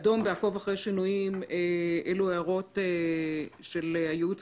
במקביל לדיוני הוועדה הם עשו גם תיקנים והעבירו להערות ולהתייחסות היועץ